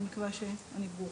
אני מקווה שאני ברורה.